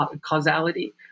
causality